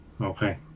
Okay